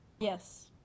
Yes